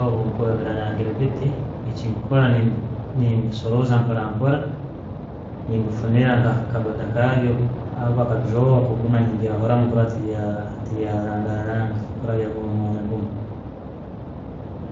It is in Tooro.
Obu- obwenkurora birarangire biti, ekyenkukora ne- nebisoroza mpora mpora nebifunira nka akakabada kayo orba aka drawer ko guma nembyahuramu kurora tebya bya- byararangaranga kurora byaguma omumwanya gumu.